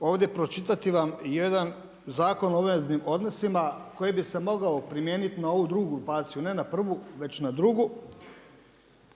ovdje pročitati vam jedan Zakon o obveznim odnosima koji bi se mogao primijeniti na ovu drugu grupaciju ne na prvu već na drugu,